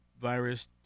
virus